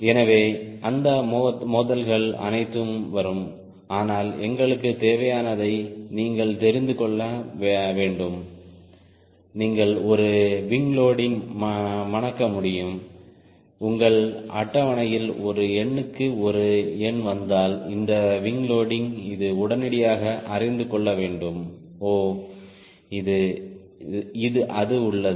எனவே அந்த மோதல்கள் அனைத்தும் வரும் ஆனால் எங்களுக்குத் தேவையானதை நீங்கள் தெரிந்து கொள்ள வேண்டும் நீங்கள் ஒரு விங் லோடிங் மணக்க முடியும் உங்கள் அட்டவணையில் ஒரு எண்ணுக்கு ஒரு எண் வந்தால் இந்த விங் லோடிங் இது உடனடியாக அறிந்து கொள்ள வேண்டும் ஓ இது இது அது உள்ளது